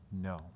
no